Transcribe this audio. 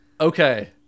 okay